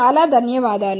చాలా ధన్యవాదాలు